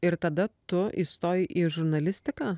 ir tada tu įstojai į žurnalistiką